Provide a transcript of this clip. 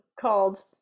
called